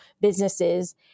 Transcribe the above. businesses